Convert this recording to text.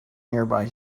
nearby